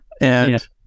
And-